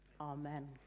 Amen